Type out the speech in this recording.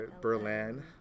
Berlin